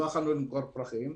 לא יכולנו למכור פרחים.